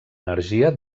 energia